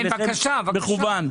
כן, בבקשה, בבקשה.